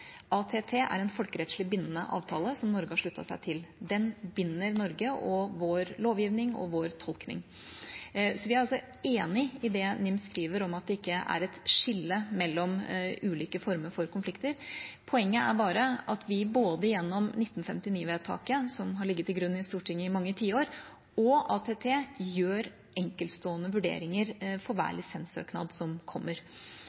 ATT er en folkerettslig bindende avtale som Norge har sluttet seg til. Den binder Norge, vår lovgivning og vår tolkning. Vi er enig i det NIM skriver om at det ikke er et skille mellom ulike former for konflikter. Poenget er bare at vi både gjennom 1959-vedtaket, som har ligget til grunn i Stortinget i mange tiår, og ATT gjør enkeltstående vurderinger for hver lisenssøknad som kommer.